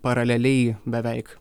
paraleliai beveik